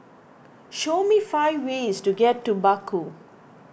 show me five ways to get to Baku